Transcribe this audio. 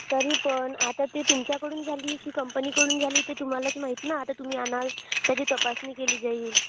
तरी पण आता ते तुमच्याकडून झाली की कंपनीकडून झाली ते तुम्हालाच माहीत ना आता तुम्ही आणाल त्याची तपासणी केली जाईल